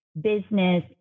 business